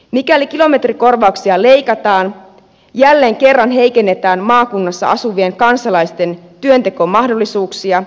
mikäli kilometrikorvauksia leikataan jälleen kerran heikennetään maakunnissa asuvien kansalaisten työntekomahdollisuuksia